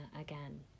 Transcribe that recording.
Again